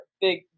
big